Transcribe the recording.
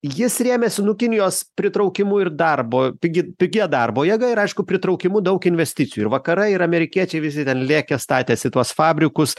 jis rėmėsi nu kinijos pritraukimu ir darbo pigi pigia darbo jėga ir aišku pritraukimu daug investicijų ir vakarai ir amerikiečiai visi ten lėkė statėsi tuos fabrikus